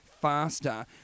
faster